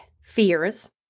fears